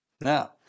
Now